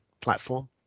platform